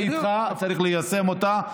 אני איתך, צריך ליישם אותה.